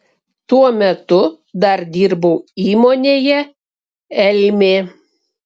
tuo metu dar dirbau įmonėje elmė